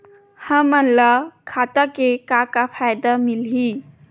हमन ला खाता से का का फ़ायदा मिलही?